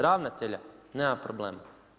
Ravnatelja, nema problema.